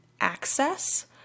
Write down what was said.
access